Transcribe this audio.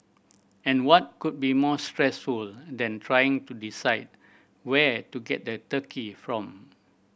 and what could be more stressful than trying to decide where to get the turkey from